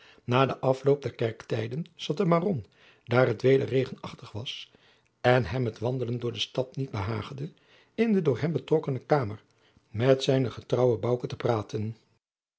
na den afloop der kerktijden zat de baron daar het weder regenachtig was en hem het wandelen door de stad niet behaagde in de door hem betrokkene kamer met zijnen getrouwen bouke te praten